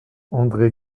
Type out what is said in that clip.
andré